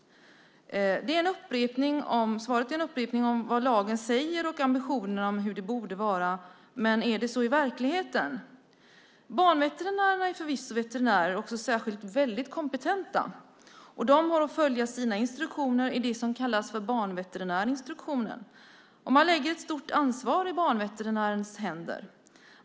Svaret är en upprepning av vad lagen säger och vad ambitionerna är, hur det borde vara. Men är det så i verkligheten? Banveterinärerna är förvisso veterinärer och väldigt kompetenta. De har att följa sina instruktioner i det som kallas för banveterinärinstruktionen. Man lägger ett stort ansvar i banveterinärers händer.